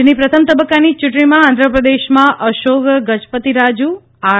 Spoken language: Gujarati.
આજની પ્રથમ તબક્કાની ચૂંટણીમાં આંધ્રપ્રદેશમાં અશોક ગજપતીરાજુ આર